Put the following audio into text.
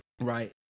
right